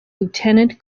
lieutenant